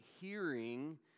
hearing